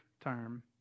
term